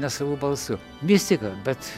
nesavu balsu mistika bet